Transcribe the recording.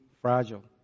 fragile